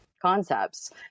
concepts